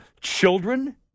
children